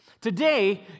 Today